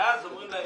למה לא ידענו?